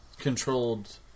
controlled